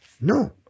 No